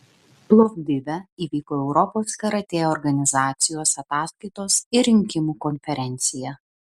plovdive įvyko europos karatė organizacijos ataskaitos ir rinkimų konferencija